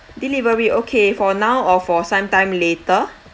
delivery okay for now or for sometime later